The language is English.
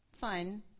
fun